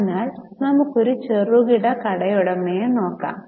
അതിനാൽ നമുക്കു ഒരു ചെറുകിട കടയുടമയെ നോക്കാം